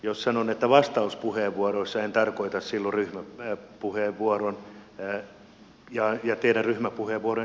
jos sanon vastauspuheenvuoroissa en tarkoita silloin teidän ryhmäpuheenvuorojenne sisältöä